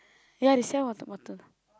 ya they sell water bottle